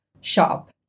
shop